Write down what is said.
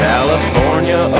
California